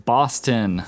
Boston